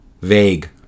vague